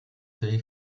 three